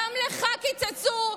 גם לך קיצצו,